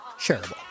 Shareable